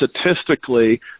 statistically